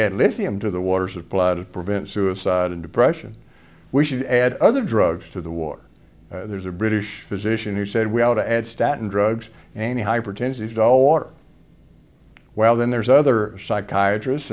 had lithium to the waters of blood prevent suicide and depression we should add other drugs to the war there's a british physician who said we ought to add staten drugs and hypertensive dull water well then there's other psychiatr